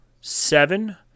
seven